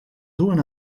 duen